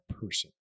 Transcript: person